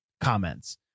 comments